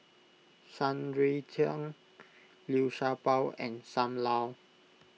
Shan Rui Tang Liu Sha Bao and Sam Lau